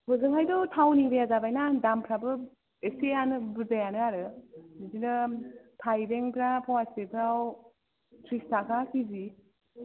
हजोंहायथ' town area जाबायना दामफ्राबो एसेआनो बुरजायानो आरो बिदिनो थाइबेंफ्रा फ'वासेफ्राव थ्रिस थाखा केजि